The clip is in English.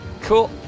Cool